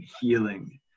healing